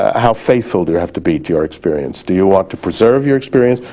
how faithful do you have to be to your experience? do you want to preserve your experience,